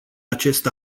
acest